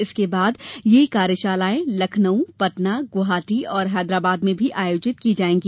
इसके बाद यह कार्यशालायें लखनऊ पटना गुवाहाटी और हैदराबाद में भी आयोजित की जायेंगी